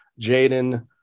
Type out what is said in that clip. Jaden